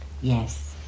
yes